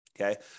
Okay